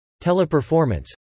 Teleperformance